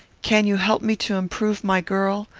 can you help me to improve my girl?